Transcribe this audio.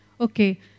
okay